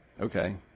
Okay